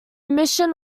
mission